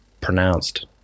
pronounced